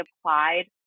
applied